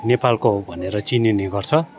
नेपालको हो भनेर चिनिने गर्छ